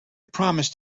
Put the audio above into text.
promised